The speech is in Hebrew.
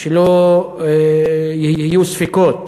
שלא יהיו ספקות,